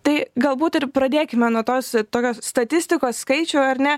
tai galbūt ir pradėkime nuo tos tokios statistikos skaičių ar ne